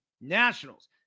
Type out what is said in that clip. Nationals